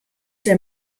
der